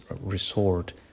resort